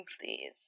please